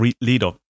leader